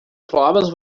problems